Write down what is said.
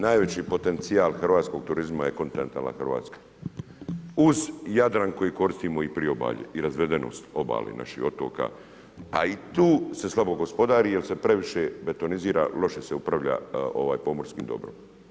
Najveći potencijal hrvatskog turizma je kontinentalna Hrvatska uz Jadran koji koristimo i priobalje i razvedenost obale i naših otoka, a i tu se slabo gospodari jer se previše betonizira, loše se upravlja pomorskim dobrom.